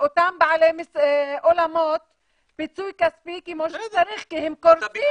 לאותם בעלי אולמות פיצוי כספי כמו שצריך כי הם קורסים.